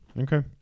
Okay